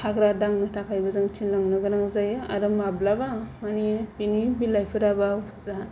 हाग्रा दांनो थाखायबो जों थिनलांनो गोनां जायो आरो माब्लाबा मानि बिनि बिलायफोरा बा फुला